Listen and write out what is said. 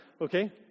Okay